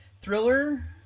thriller